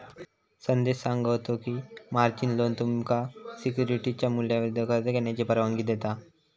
संदेश सांगा होतो की, मार्जिन लोन तुमका सिक्युरिटीजच्या मूल्याविरुद्ध कर्ज घेण्याची परवानगी देता